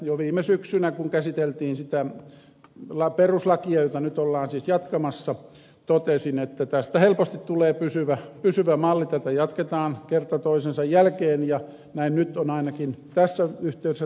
jo viime syksynä kun käsiteltiin sitä peruslakia jota nyt ollaan siis jatkamassa totesin että tästä helposti tulee pysyvä malli tätä jatketaan kerta toisensa jälkeen ja näin nyt on ainakin tässä yhteydessä tapahtumassa